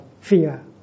fear